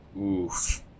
oof